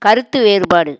கருத்து வேறுபாடு